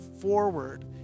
forward